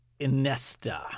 Inesta